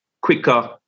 quicker